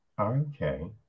Okay